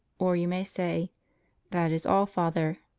or you may say that is all, father.